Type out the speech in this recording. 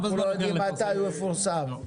אנחנו לא יודעים מתי הוא יפורסם.